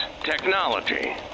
technology